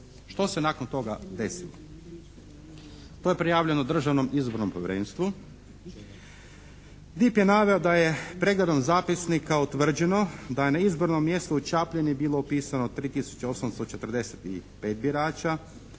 Što se nakon toga desilo? To je prijavljeno Državnom izbornom povjerenstvu, DIP je naveo da je pregledom zapisnika utvrđeno da je na izbornom mjestu u Čapljini bilo upisano 3 tisuće